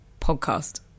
podcast